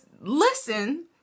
listen